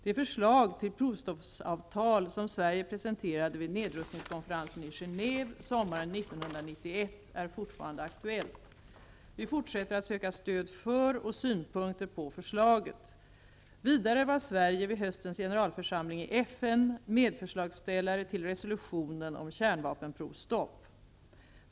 Det förslag till provstoppsavtal som Sverige presenterade vid nedrustningskonferensen i Genève sommaren 1991 är fortfarande aktuellt. Vi fortsätter att söka stöd för och synpunkter på förslaget. Vidare var Sverige vid höstens generalförsamling i FN medförslagsställare till resolutionen om kärnvapenprovstopp.